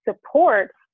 support